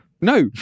No